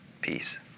peace